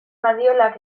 badiolak